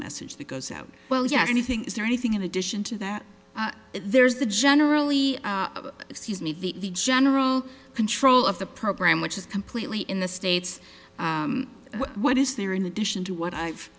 message that goes out well yeah anything is there anything in addition to that there's the generally excuse me the general control of the program which is completely in the states what is there in addition to what i've